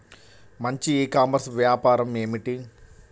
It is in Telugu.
మంచి ఈ కామర్స్ వ్యాపారం ఏమిటీ?